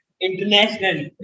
international